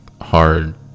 hard